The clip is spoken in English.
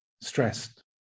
stressed